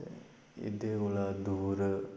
इंदे कोला दूर